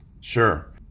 Sure